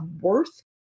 worth